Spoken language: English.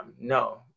no